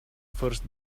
first